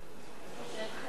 חמש דקות.